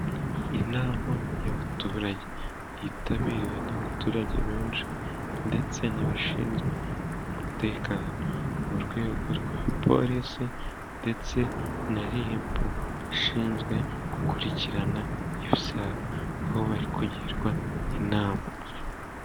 Inama y'abaturage yitabiriwe n'abaturage benshi ndetse n'abashinzwe umutekano, mu rwego rwa polisi ndetse na RIB ishinzwe gukurikirana ibyaha, aho bari kugirwa inama.